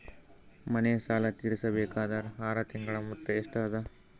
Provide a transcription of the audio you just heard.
ಮನೆ ಸಾಲ ತೀರಸಬೇಕಾದರ್ ಆರ ತಿಂಗಳ ಮೊತ್ತ ಎಷ್ಟ ಅದ?